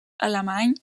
alemany